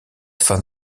fin